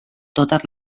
totes